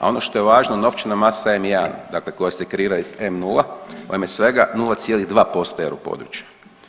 a ono što je važno novčana masa M1, dakle koja se kreira iz M nula u ime svega 0,2% euro područja.